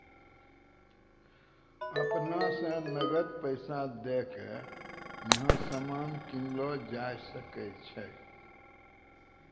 अपना स नकद पैसा दै क यहां सामान कीनलो जा सकय छै